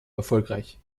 erfolgreich